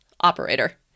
operator